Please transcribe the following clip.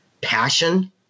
passion